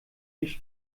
dich